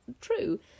true